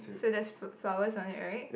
so there's f~ flowers on it right